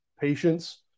patience